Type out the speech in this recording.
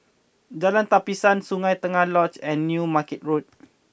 Jalan Tapisan Sungei Tengah Lodge and New Market Road